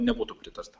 nebūtų pritarta